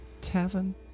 tavern